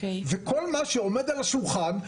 וכל מה שעומד על השולחן,